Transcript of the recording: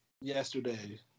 yesterday